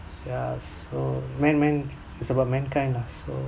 ya so man man it's about mankind lah so